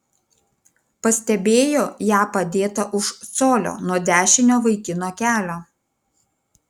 pastebėjo ją padėtą už colio nuo dešinio vaikino kelio